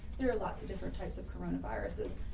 there are lots of different types of corona viruses,